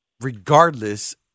regardless